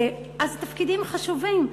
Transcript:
אז תפקידים חשובים,